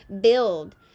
build